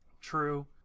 True